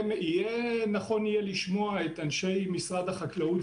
נכון יהיה לשמוע את אנשי משרדי החקלאות